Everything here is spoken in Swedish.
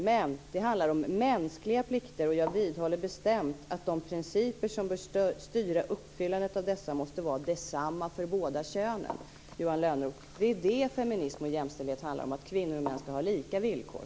"Men det handlar om mänskliga plikter, och jag vidhåller bestämt att de principer som bör styra uppfyllandet av dessa måste vara desamma för båda könen" skriver hon. Det är det, Johan Lönnroth, som jämställdhet och feminism handlar om. Kvinnor och män ska ha lika villkor.